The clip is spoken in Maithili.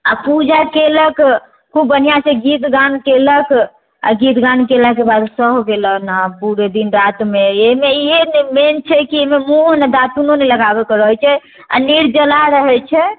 आओर पूजा केलक खूब बढ़िआँसँ गीत गान केलक आओर गीत गान केलाके बाद सह गेलन आओर पूरे दिन रातमे ईहे मेन छै कि एहिमे मुँहो नहि दातूनो नहि लगाबैके रहै छै आओर निर्जला रहै छै